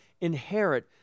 inherit